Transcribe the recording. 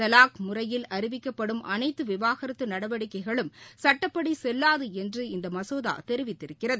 தவாக் முறையில் அறிவிக்கப்படும் அனைத்து விவாகரத்து நடவடிக்கைகளும் சட்டப்படி செல்லாது என்று இந்த மசோதா தெரிவிக்கிறது